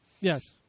Yes